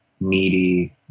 needy